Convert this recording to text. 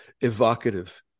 evocative